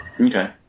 Okay